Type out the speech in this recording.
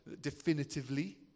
definitively